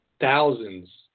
Thousands